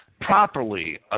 properly